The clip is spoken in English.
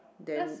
then